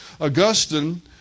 Augustine